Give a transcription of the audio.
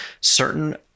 certain